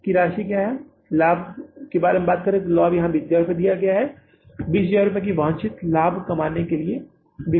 यदि आप यहां लाभ के बारे में बात करते हैं तो लाभ 20000 है 20000 रुपये के लाभ की वांछित राशि कमाने के लिए बिक्री